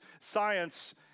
science